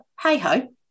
hey-ho